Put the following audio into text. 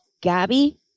Gabby